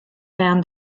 found